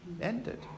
ended